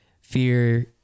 Fear